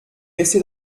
resté